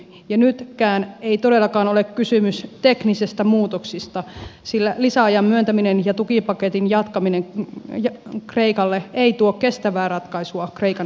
ja nytkään ei todellakaan ole kysymys teknisistä muutoksista sillä lisäajan myöntäminen ja tukipaketin jatkaminen kreikalle ei tuo kestävää ratkaisua kreikan ongelmiin